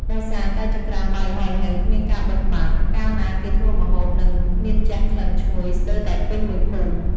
ដោយសារតែចង្រ្កានបាយល្ហល្ហេវគ្មានការបិទបាំង កាលណាគេធ្វើម្ហូប នឹងមានជះក្លិនឈ្ងុយស្ទើរតែពេញមួយភូមិ។